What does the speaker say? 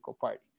party